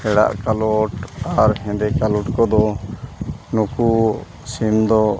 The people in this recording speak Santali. ᱦᱮᱬᱟᱜ ᱠᱟᱞᱚᱴ ᱟᱨ ᱦᱮᱸᱫᱮ ᱠᱟᱞᱚᱴ ᱠᱚᱫᱚ ᱱᱩᱠᱩ ᱥᱤᱢ ᱫᱚ